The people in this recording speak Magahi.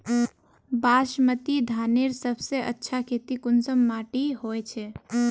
बासमती धानेर सबसे अच्छा खेती कुंसम माटी होचए?